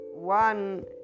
one